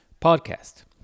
podcast